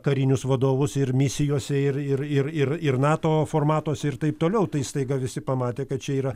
karinius vadovus ir misijose ir ir ir ir ir nato formatuose ir taip toliau tai staiga visi pamatė kad čia yra